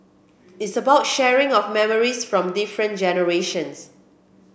it's about sharing of memories from different generations